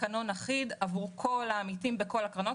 תקנון אחיד עבור כל העמיתים בכל הקרנות,